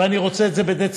ואני רוצה את זה בדצמבר,